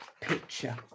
picture